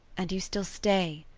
and you still stay.